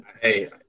Hey